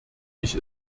ich